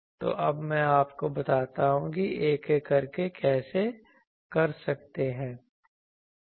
तो अब मैं आपको बताता हूं कि आप एक एक करके कैसे कर सकते हैं